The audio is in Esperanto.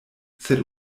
sed